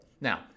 Now